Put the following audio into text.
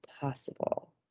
possible